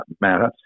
matter